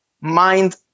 mind